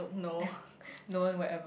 no one will ever